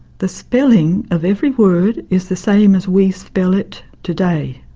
the spelling of every word is the same as we spell it today.